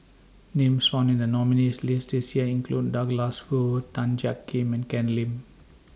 Names found in The nominees' list This Year include Douglas Foo Tan Jiak Kim and Ken Lim